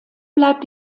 bleibt